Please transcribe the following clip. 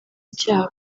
icyaha